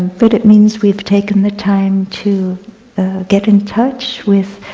but it means we've taken the time to get in touch with